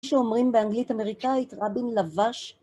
כפי שאומרים באנגלית-אמריקאית, רבין לבש.